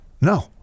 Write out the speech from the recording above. No